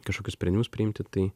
kažkokius sprendimus priimti tai